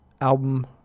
album